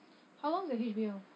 how long is your H_B_L